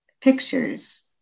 pictures